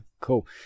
cool